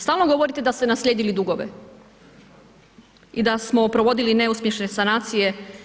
Stalno govorite da ste naslijedili dugove i da smo provodili neuspješne sanacije.